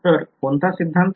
तर कोणता सिद्धांत